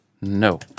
No